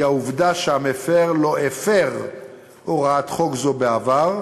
היא העובדה שהמפר לא הפר הוראת חוק זו בעבר,